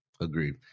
Agreed